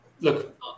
look